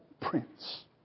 Prince